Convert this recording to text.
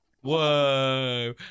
Whoa